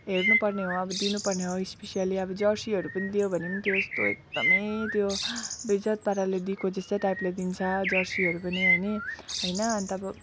हेर्नु पर्ने हो अब दिनु पर्ने हो स्पेसियल्ली अब जर्सीहरू पनि दियो भने त्यस्तो एकदम त्यो बेइज्जत पाराले दिएको जस्तो टाइपले दिन्छ जर्सीहरू पनि होइन होइन अन्त अब